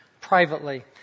Privately